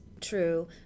true